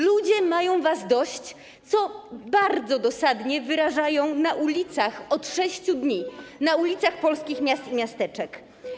Ludzie mają was dość, co bardzo dosadnie wyrażają od 6 dni na ulicach polskich miast i miasteczek.